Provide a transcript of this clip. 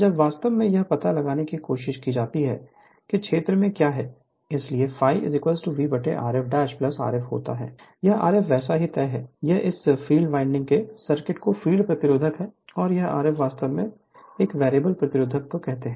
जब वास्तव में यह पता लगाने की कोशिश की जाती है कि क्षेत्र में क्या है इसलिए∅ V Rf Rf होगा यह Rf वैसे भी तय है यह इस फ़ील्ड वाइंडिंग के सर्किट का फ़ील्ड प्रतिरोध है और यह Rf वास्तव में वास्तव में उस वेरिएबल प्रतिरोध को क्या कहते हैं